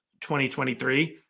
2023